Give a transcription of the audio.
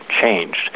changed